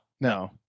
No